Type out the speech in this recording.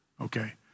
Okay